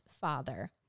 father